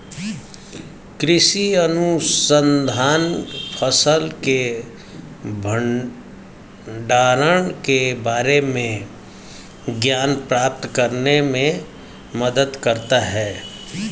कृषि अनुसंधान फसल के भंडारण के बारे में ज्ञान प्राप्त करने में मदद करता है